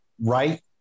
right